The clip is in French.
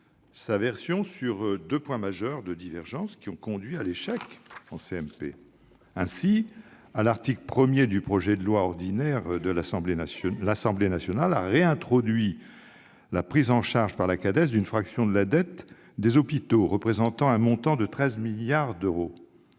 sa version sur les deux points majeurs de divergence qui ont conduit à l'échec en commission mixte paritaire. Ainsi, à l'article 1 du projet de loi ordinaire, l'Assemblée nationale a réintroduit la prise en charge par la Cades d'une fraction de la dette des hôpitaux représentant un montant de 13 milliards d'euros.